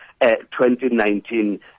2019